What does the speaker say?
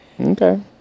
Okay